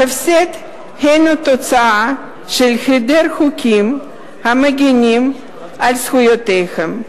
ההפסד הוא תוצאה של היעדר חוקים המגינים על זכויותיהם.